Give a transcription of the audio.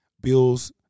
bills